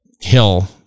hill